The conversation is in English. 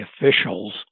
officials